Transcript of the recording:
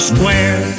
Square